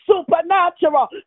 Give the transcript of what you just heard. Supernatural